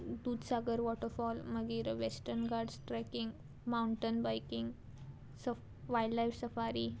Dudhsagar waterfall मागीर Western Ghats trekking mountain biking सफ wild life safari